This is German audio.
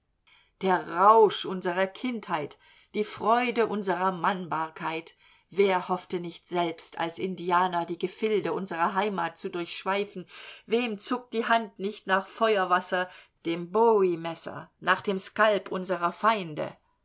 der rausch unserer kindheit die freude unserer mannbarkeit wer hoffte nicht selbst als indianer die gefilde unserer heimat zu durchschweifen wem zuckt die hand nicht nach feuerwasser dem bowiemesser nach dem skalp unserer feinde